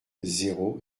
zéro